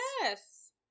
Yes